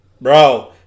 Bro